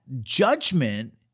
judgment